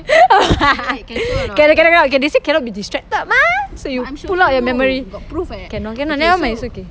cannot cannot cannot they say cannot be distracted mah so you pull out your memory cannot cannot nevermind it's okay